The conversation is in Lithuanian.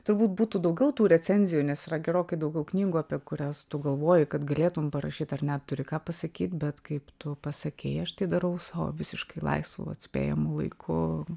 turbūt būtų daugiau tų recenzijų nes yra gerokai daugiau knygų apie kurias tu galvoji kad galėtum parašyt ar turi ką pasakyt bet kaip tu pasakei aš tai darau savo visiškai laisvu vat spėjamu laiku